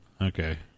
Okay